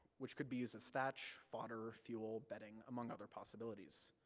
which could be used as thatch, fodder, fuel, bedding, among other possibilities.